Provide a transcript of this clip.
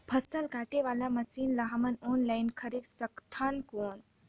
फसल काटे वाला मशीन ला हमन ऑनलाइन खरीद सकथन कौन?